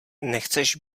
nechceš